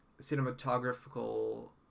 cinematographical